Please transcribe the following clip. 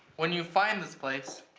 when you find this place,